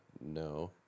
no